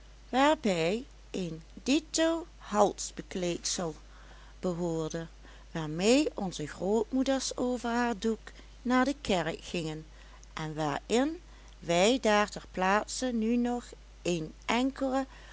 waarbij een dito halsbekleedsel behoorde waarmee onze grootmoeders over haar doek naar de kerk gingen en waarin wij daar ter plaatse nu nog een enkele